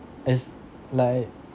it's like